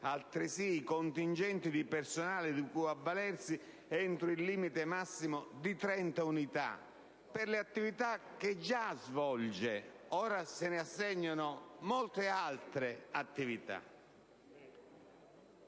altresì i contingenti di personale di cui avvalersi, entro il limite massimo di 30 unità, per le attività che già svolge. Ora le si assegnano molte altre attività.